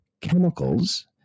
chemicals